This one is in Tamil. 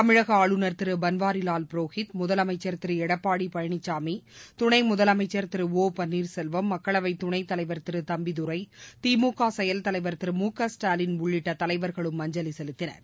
தமிழக ஆளுநர் திரு பன்வாரிலால் புரோஹித் முதலமைச்சர் திரு எடப்பாடி பழனிசாமி துணை முதலமைச்சர் திரு ஓ பன்னீர்செல்வம் மக்களவை துணை தலைவர் திரு தம்பிதுரை திமுக செயல் தலைவர் திரு மு க ஸ்டாலின் உள்ளிட்ட தலைவர்களும் அஞ்சலி செலுத்தினர்